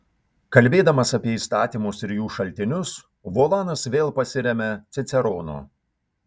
kalbėdamas apie įstatymus ir jų šaltinius volanas vėl pasiremia ciceronu